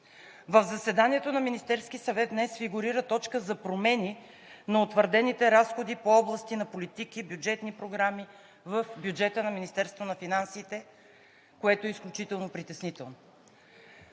в заседанието на Министерския съвет фигурира точка за промени на утвърдените разходи по области на политики, бюджетни програми в бюджета на Министерството на финансите, което е изключително притеснително.